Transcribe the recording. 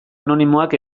anonimoak